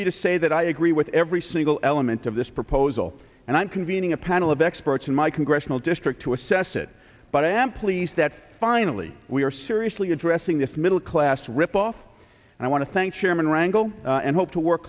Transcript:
me to say that i agree with every single element of this proposal and i'm convening a panel of experts in my congressional district to assess it but i am pleased that finally we are seriously addressing this middle class rip off and i want to thank chairman rangle and hope to work